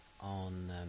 on